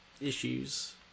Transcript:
issues